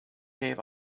gave